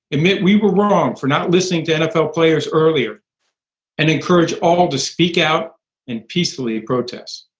admit we were wrong for not listening to nfl players earlier and encourage all to speak out and peacefully protest.